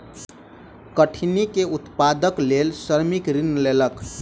कठिनी के उत्पादनक लेल श्रमिक ऋण लेलक